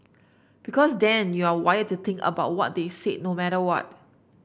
because then you're wired to think about what they said no matter what